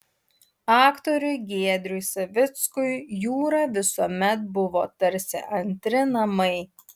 aktoriui giedriui savickui jūra visuomet buvo tarsi antri namai